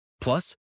Plus